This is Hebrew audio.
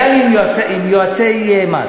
היה לי עם יועצי מס.